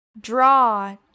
draw